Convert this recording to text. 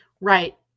right